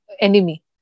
enemy